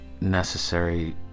necessary